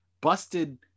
busted